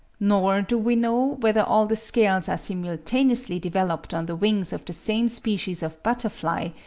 nor do we know whether all the scales are simultaneously developed on the wings of the same species of butterfly,